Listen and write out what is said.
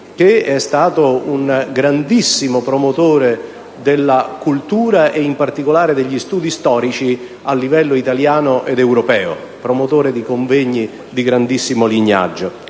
che è stato un grandissimo promotore della cultura e, in particolare, degli studi storici a livello italiano ed europeo, oltre che promotore di convegni di grandissimo lignaggio.